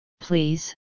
please